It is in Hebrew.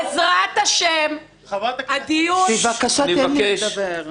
ס': בבקשה, תן לי לדבר.